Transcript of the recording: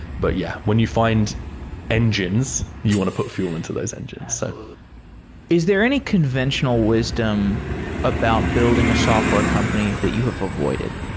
but yeah, when you find engines, you want to put fuel into those engines. so is there any conventional wisdom about building a software company that you have avoided?